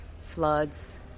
floods